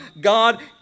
God